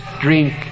drink